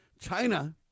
China